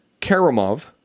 Karimov